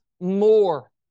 more